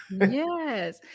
Yes